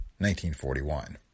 1941